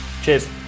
Cheers